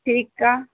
ठीक आहे